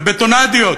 הבטונדיות,